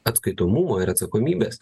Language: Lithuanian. atskaitomumo ir atsakomybės